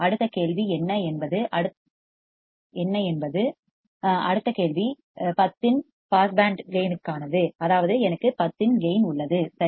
அடுத்த கேள்வி என்ன என்பது அடுத்த கேள்வி 10 இன் பாஸ் பேண்ட் கேயின் ற்கானது அதாவது எனக்கு 10 இன் கேயின் உள்ளது சரி